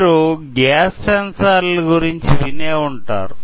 మీరు గ్యాస్ సెన్సార్ల గురుంచి వినే ఉంటారు